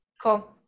Cool